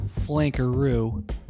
flankeroo